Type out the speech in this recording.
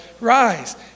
rise